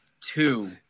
two